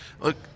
Look